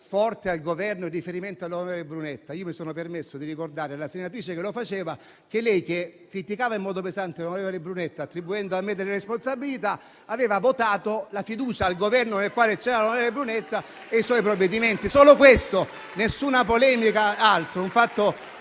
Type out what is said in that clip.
forte al Governo in riferimento all'onorevole Brunetta. Io mi sono permesso di ricordare alla senatrice che lo ha fatto che lei, che criticava in modo pesante l'onorevole Brunetta attribuendo a me delle responsabilità, aveva votato la fiducia al Governo nel quale c'era l'onorevole Brunetta e i suoi provvedimenti. Solo questo, nessuna polemica o altro.